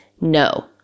No